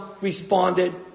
responded